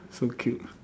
so cute